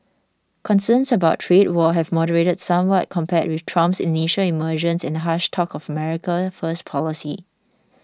concerns about a trade war have moderated somewhat compared with Trump's initial emergence and harsh talk of America first policy